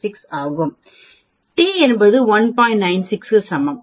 96 க்கு சமம்